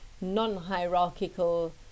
non-hierarchical